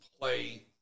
play